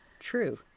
True